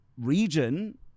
region